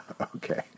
Okay